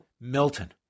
Milton